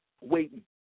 waiting